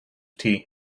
tea